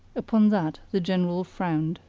upon that the general frowned.